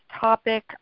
topic